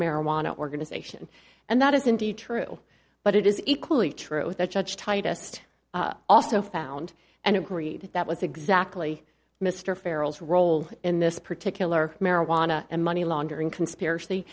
marijuana organization and that is indeed true but it is equally true that judge tightest also found and agreed that that was exactly mr ferals role in this particular marijuana and money laundering conspiracy